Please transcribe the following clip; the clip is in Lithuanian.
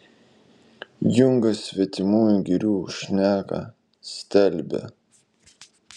jungas svetimųjų girių šneką stelbė